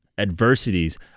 adversities